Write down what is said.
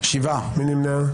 מי נמנע?